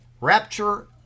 Rapture